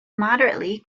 moderately